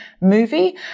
movie